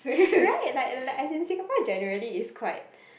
[right] like like as in Singapore is generally is quite